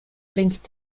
blinkt